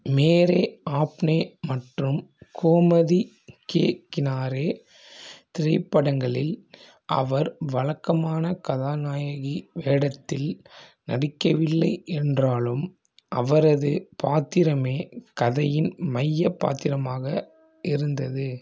மேரே ஆப்னே மற்றும் கோமதி கே கினாரே திரைப்படங்களில் அவர் வழக்கமான கதாநாயகி வேடத்தில் நடிக்கவில்லை என்றாலும் அவரது பாத்திரமே கதையின் மையப் பாத்திரமாக இருந்தது